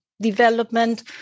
development